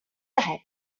läheb